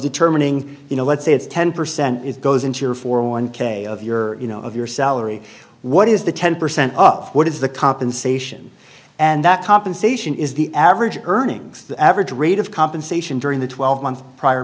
determining you know let's say it's ten percent is goes into your four one k of your you know of your salary what is the ten percent up what is the compensation and that compensation is the average earnings the average rate of compensation during the twelve months prior